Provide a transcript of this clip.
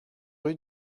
rue